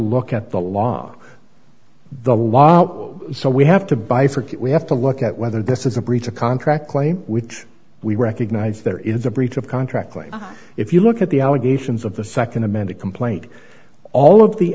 look at the law though so we have to bifurcate we have to look at whether this is a breach of contract claim which we recognize there is a breach of contract if you look at the allegations of the second amended complaint all of the